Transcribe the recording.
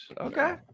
Okay